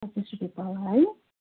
पचास रुपियाँ पावा है